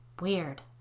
Weird